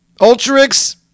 Ultrix